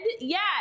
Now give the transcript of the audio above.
yes